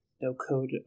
no-code